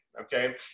Okay